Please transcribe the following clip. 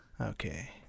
Okay